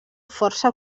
força